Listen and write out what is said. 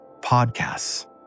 podcasts